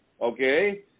okay